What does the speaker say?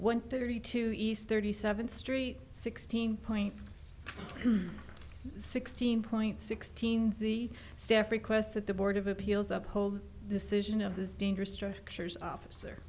e thirty two east thirty seventh street sixteen point sixteen point sixteen z staff request that the board of appeals up hold decision of this dangerous structures officer